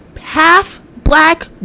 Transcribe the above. half-black